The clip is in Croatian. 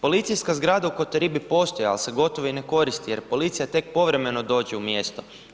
Policijska zgrada u Kotoribi postoji, ali se gotovo i ne koristi jer policija povremeno dođe u mjesto.